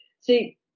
see